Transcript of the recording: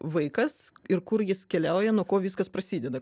vaikas ir kur jis keliauja nuo ko viskas prasideda